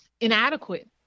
inadequate